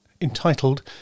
entitled